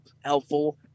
helpful